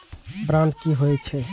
Bond की होई छै?